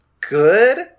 good